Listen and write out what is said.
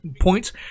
points